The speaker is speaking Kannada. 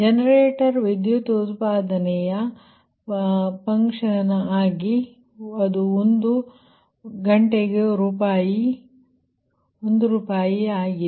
ಜನರೇಟರ್ ವಿದ್ಯುತ್ ಉತ್ಪಾದನೆಯ ಫನ್ಕ್ಷನ್ ಆಗಿ ಇದು ಗಂಟೆಗೆ ರೂಪಾಯಿ ಆಗಿದೆ